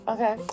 Okay